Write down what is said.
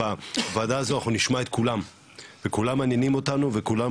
בוועדה הזאת אנחנו נשמע את כולם וכולם מעניינים אותנו וכולם